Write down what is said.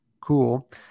cool